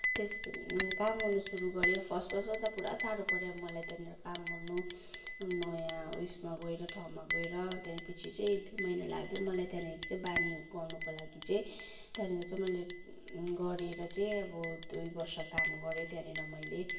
त्यस काम गर्न सुरु गरेँ फर्स्ट फर्स्टमा त पुरा साह्रो पऱ्यो अब मलाई त त्यहाँनिर काम गर्नु नयाँ उसमा गएर ठाउँमा गएर त्यहाँबाट पछि चाहिँ दुई महिना लाग्यो मलाई त्यहाँनिर चाहिँ बानी गर्नुको लागि चाहिँ त्यहाँनिर चाहिँ मैले गरेर चाहिँ दुई वर्ष काम गरेँ त्यहाँनिर मैले